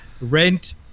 rent